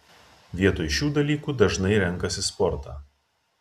vietoj šių dalykų dažnai renkasi sportą